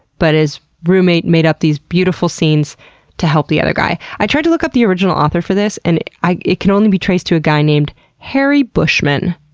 but his roommate made up these beautiful scenes to help the other guy. i tried to look up the original author for this, and it can only be traced to a guy named harry buschman.